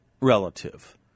relative